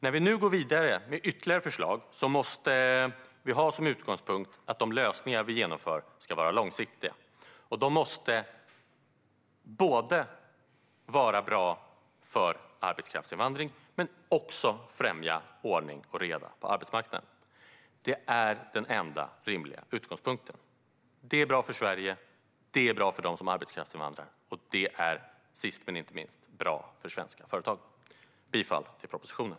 När vi nu går vidare med ytterligare förslag måste vi ha som utgångspunkt att de lösningar vi genomför ska vara långsiktiga. De måste vara bra för arbetskraftsinvandring men också främja ordning och reda på arbetsmarknaden. Det är den enda rimliga utgångspunkten. Det är bra för Sverige, det är bra för dem som är arbetskraftsinvandrare och det är sist men inte minst bra för svenska företag. Jag yrkar bifall till propositionen.